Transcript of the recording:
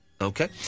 Okay